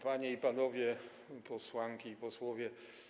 Panie i Panowie Posłanki i Posłowie!